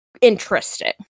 interesting